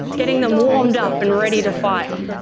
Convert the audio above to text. getting them warmed up and ready to fire.